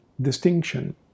distinction